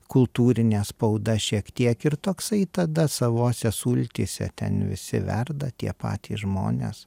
kultūrinė spauda šiek tiek ir toksai tada savose sultyse ten visi verda tie patys žmonės